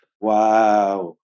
Wow